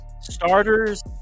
starters